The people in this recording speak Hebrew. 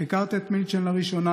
הכרת את מילצ'ן לראשונה,